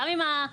גם אם ההנהלה,